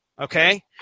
Okay